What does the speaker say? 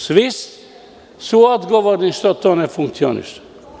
Svi su odgovorni što to ne funkcioniše.